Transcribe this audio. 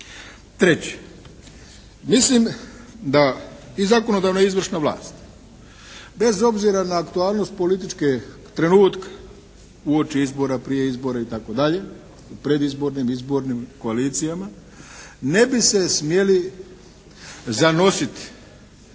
Treće, mislim da i zakonodavna i izvršna vlast bez obzira na aktualnost političkog trenutka, uoči izbora, prije izbora i tako dalje, predizbornim, izbornim koalicijama ne bi se smjeli zanositi